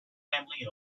family